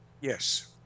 Yes